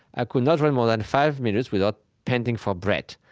i could not run more than five minutes without panting for breath.